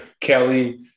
Kelly